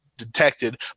detected